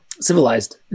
civilized